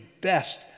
best